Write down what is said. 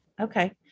Okay